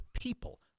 people